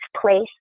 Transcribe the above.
place